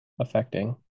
affecting